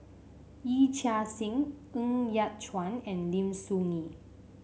Yee Chia Hsing Ng Yat Chuan and Lim Soo Ngee